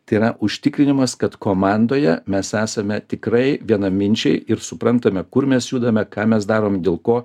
tai yra užtikrinimas kad komandoje mes esame tikrai vienaminčiai ir suprantame kur mes judame ką mes darome dėl ko